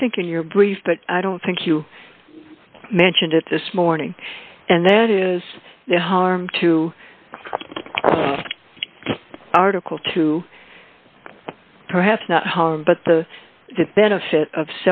i think in your brief that i don't think you mentioned it this morning and that is the harm to article two perhaps not but the benefit of